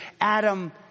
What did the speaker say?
Adam